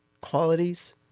qualities